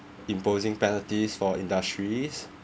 imposing penalties for industries